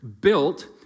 built